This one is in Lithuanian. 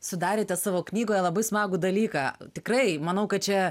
sudarėte savo knygoje labai smagų dalyką tikrai manau kad čia